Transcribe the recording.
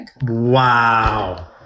Wow